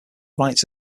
rights